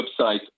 website